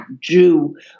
Jew